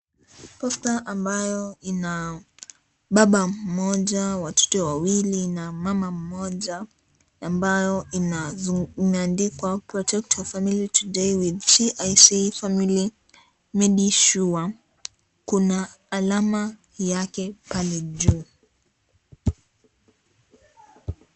Posta ambayo ina baba mmoja, watoto wawili na mama mmoja, ambao imeandikwa, protect your family today with CIC family medisure . Kuna alama yake pale juu.